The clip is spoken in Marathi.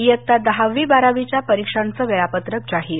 इयत्ता दहावी बारावीच्या परीक्षांचं वेळापत्रक जाहीर